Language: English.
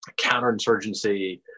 counterinsurgency